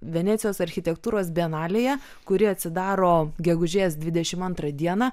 venecijos architektūros bienalėje kuri atsidaro gegužės dvidešimt antrą dieną